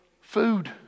Food